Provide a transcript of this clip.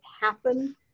happen